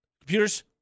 computers